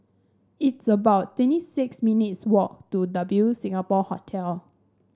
it's about twenty six minutes walk to W Singapore Hotel